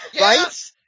Right